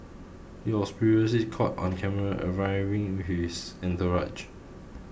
he was previously caught on camera arriving with entourage